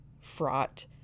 fraught